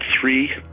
three